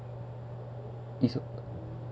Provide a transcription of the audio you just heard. is uh